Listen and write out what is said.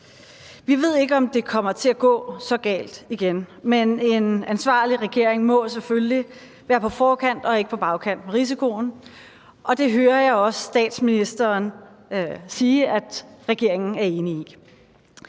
Vi ved ikke, om det kommer til at gå så galt igen, men en ansvarlig regering må selvfølgelig være på forkant og ikke på bagkant med risikoen. Det hører jeg også statsministeren sige regeringen er enig i.